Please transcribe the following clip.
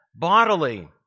bodily